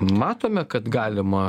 matome kad galima